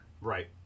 Right